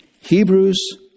Hebrews